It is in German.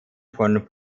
von